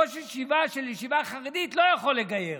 ראש ישיבה של ישיבה חרדית לא יכול לגייר.